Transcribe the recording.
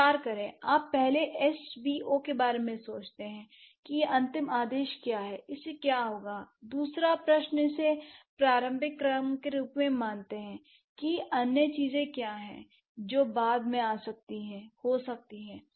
विचार करें आप पहले एसवीओ के बारे में सोचते हैं कि यह अंतिम आदेश क्या है इससे क्या होगा दूसरा प्रश्न इसे प्रारंभिक क्रम के रूप में मानते हैं कि अन्य चीजें क्या हैं जो बाद में हो सकती हैं